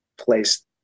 place